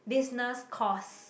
business course